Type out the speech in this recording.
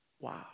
Wow